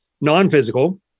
non-physical